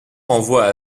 renvoie